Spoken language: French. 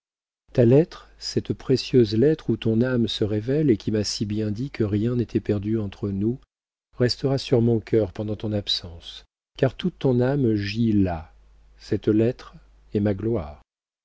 ta lettre cette précieuse lettre où ton âme se révèle et qui m'a si bien dit que rien n'était perdu entre nous restera sur mon cœur pendant ton absence car toute ton âme gît là cette lettre est ma gloire